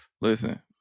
Listen